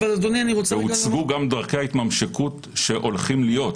אדוני ---- והוצגו גם דרכי ההתממשקות שהולכים להיות.